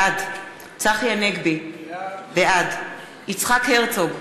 בעד צחי הנגבי, בעד יצחק הרצוג,